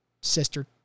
sister